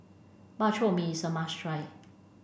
Bak Chor Mee is a must try